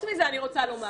וחוץ מזה, אני רוצה לומר